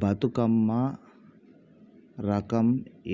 బతుకమ్మ రకం